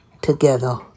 together